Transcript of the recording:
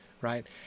right